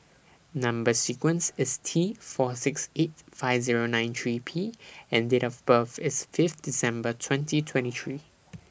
Number sequence IS T four six eight five Zero nine three P and Date of birth IS Fifth December twenty twenty three